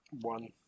One